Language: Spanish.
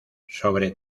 sobre